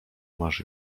masz